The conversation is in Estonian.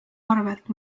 arvelt